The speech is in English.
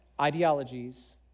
ideologies